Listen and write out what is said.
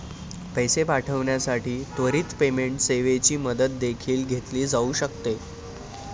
पैसे पाठविण्यासाठी त्वरित पेमेंट सेवेची मदत देखील घेतली जाऊ शकते